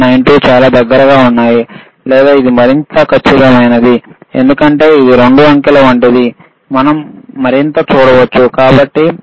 92 చాలా దగ్గరగా ఉన్నాయి లేదా ఇది మరింత ఖచ్చితమైనది ఎందుకంటే ఇది 2 అంకెల వంటిది మనం మరింత చూడవచ్చు కాబట్టి 5